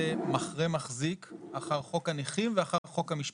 מחרה מחזיק אחר חוק הנכים ואחר חוק המשפחות.